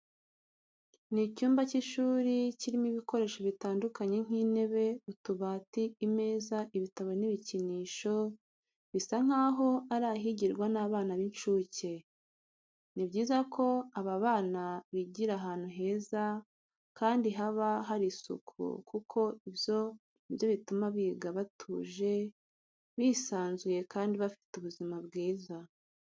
Ni icyumba cy'ishuri kirimo ibikoresho bitandukanye nk'intebe, utubati, imeza, ibitabo n'ibikinisho, bisa nkaho ari ahigirwa n'abana b'incuke. Ni byiza ko aba bana bigira ahantu heza kandi haba hari isuku kuko ibyo ni byo bituma biga batuje, bisanzuye kandi bafite ubuzima bwiza.